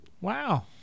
Wow